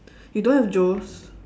you don't have Joe's